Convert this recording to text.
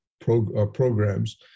programs